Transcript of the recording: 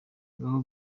baho